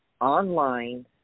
online